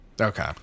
Okay